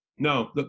No